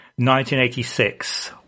1986